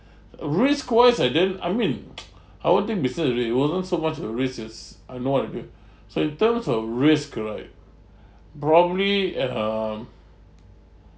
uh risk wise I didn't I mean I won't think beside the rate it wasn't so much a risk as I've no idea so in terms of risk right probably at um